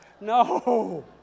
no